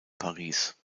paris